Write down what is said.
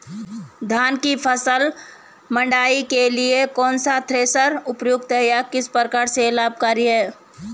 धान की फसल मड़ाई के लिए कौन सा थ्रेशर उपयुक्त है यह किस प्रकार से लाभकारी है?